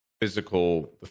physical